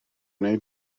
wnei